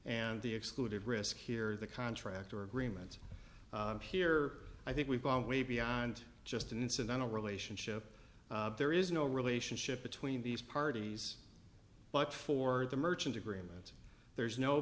and the excluded risk here the contractor agreement here i think we've gone way beyond just an incidental relationship there is no relationship between these parties but for the merchant agreement there's no